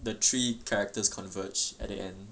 the three characters converge at the end